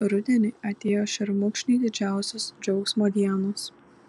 rudenį atėjo šermukšniui didžiausios džiaugsmo dienos